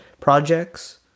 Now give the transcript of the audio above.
projects